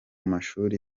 mashuri